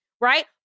Right